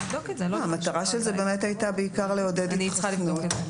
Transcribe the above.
המטרה של זה באמת הייתה בעיקר לעודד התחסנות.